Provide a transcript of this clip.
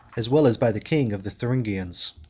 as well as by the king, of the thuringians.